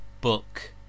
book